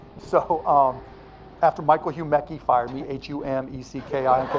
so um after michael humecki fired me, h u m e c k i.